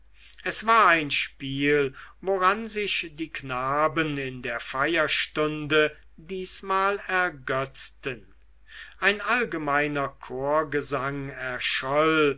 es war ein spiel woran sich die knaben in der feierstunde diesmal ergötzten ein allgemeiner chorgesang erscholl